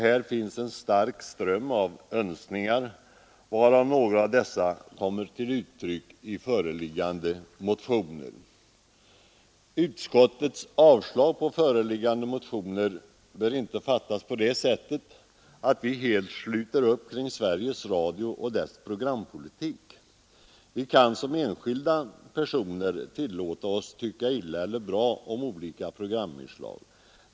Här finns en stark ström av önskningar, varav några kommer till uttryck i de föreliggande motionerna. Utskottets avstyrkande av motionerna bör inte fattas på det sättet att vi helt sluter upp kring Sveriges Radios programpolitik. Vi kan som enskilda personer tillåta oss tycka illa eller bra om olika programinslag.